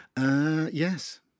Yes